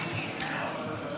אולי כן יהיה היום.